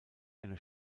eine